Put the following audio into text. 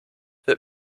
wird